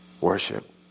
Worship